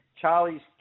Charlie's